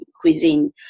cuisine